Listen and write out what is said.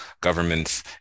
governments